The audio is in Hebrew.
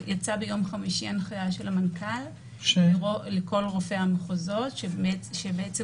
ביום חמישי יצאה הנחיה של המנכ"ל לכל רופאי המחוזות שבעצם